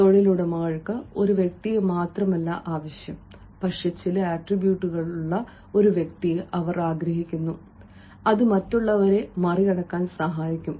തൊഴിലുടമകൾക്ക് ഒരു വ്യക്തിയെ മാത്രം ആവശ്യമില്ല പക്ഷേ ചില ആട്രിബ്യൂട്ടുകളുള്ള ഒരു വ്യക്തിയെ അവർ ആഗ്രഹിക്കുന്നു അത് മറ്റുള്ളവരെ മറികടക്കാൻ സഹായിക്കും